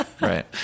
Right